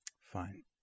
Fine